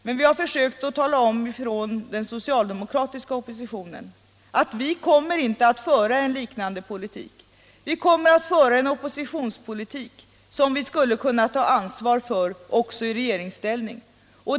Men vi från den socialdemokratiska oppositionen har försökt tala om att vi inte kommer att föra en liknande politik. Vi kommer att föra en oppositionspolitik som vi skulle kunna ta ansvar för också i regeringsställning.